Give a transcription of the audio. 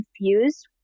confused